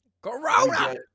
Corona